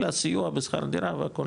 לסיוע והכול,